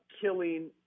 killing